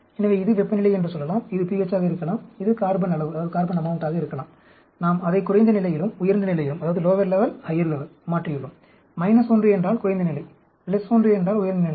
எனவே இது வெப்பநிலை என்று சொல்லலாம் இது pH ஆக இருக்கலாம் இது கார்பன் அளவாக இருக்கலாம் நாம் அதை குறைந்த நிலையிலும் உயர்ந்த நிலையிலும் மாற்றியுள்ளோம் 1 என்றால் குறைந்த நிலை 1 என்றால் உயர்ந்த நிலை